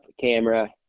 camera